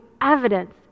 evidence